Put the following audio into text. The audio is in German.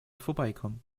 vorbeikommen